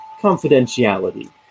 confidentiality